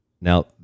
Now